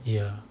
ya